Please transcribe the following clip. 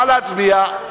נא להצביע,